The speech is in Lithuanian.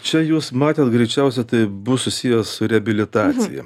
čia jūs matėt greičiausia tai bus susiję su reabilitacija